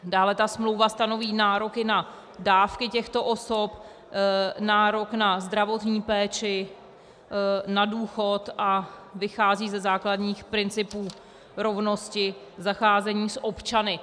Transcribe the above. Dále smlouva stanoví nároky na dávky těchto osob, nárok na zdravotní péči, na důchod, a vychází ze základních principů rovnosti zacházení s občany.